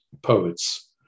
poets